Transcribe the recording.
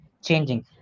changing